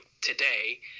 today